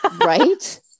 Right